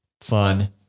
fun